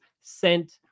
sent